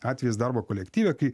atvejis darbo kolektyve kai